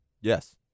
Yes